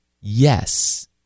Yes